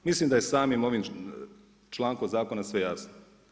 Mislim da je samim ovim člankom ovog zakona sve jasno.